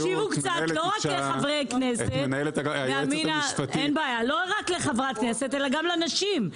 תקשיבו קצת לא רק לחברת כנסת אלא גם לנשים.